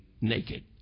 naked